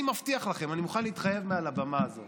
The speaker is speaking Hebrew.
אני מבטיח לכם, אני מוכן להתחייב מעל הבמה הזאת